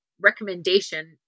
recommendation